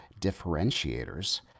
differentiators